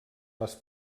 les